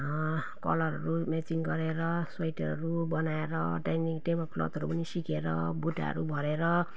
कलरहरू म्याचिङ गरेर स्वेटरहरू बनाएर त्यहाँदेखि टेबलक्लथहरू पनि सिकेर बुट्टाहरू भरेर